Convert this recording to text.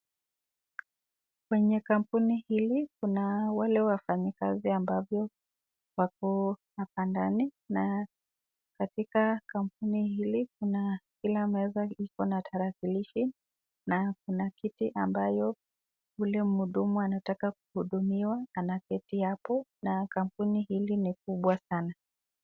Kwenye kampuni hili, kuna wale wafanyikazi ambapo wapo hapa ndani, na, katika kampuni hili, kuna, ile meza iko na tarakilishi, na kuna kiti ambayo, ule mhudumu anataka kuhudumiwa anaketi hapo, na kampuni hili ni kubwa sana.